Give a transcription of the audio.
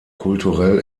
kulturell